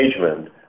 engagement